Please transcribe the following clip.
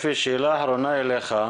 אפי, שאלה אחרונה אליך.